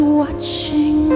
watching